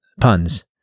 puns